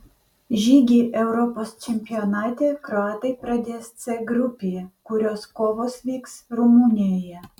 žygį europos čempionate kroatai pradės c grupėje kurios kovos vyks rumunijoje